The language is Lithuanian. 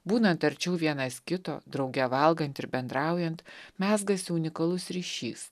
būnant arčiau vienas kito drauge valgant ir bendraujant mezgasi unikalus ryšys